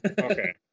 Okay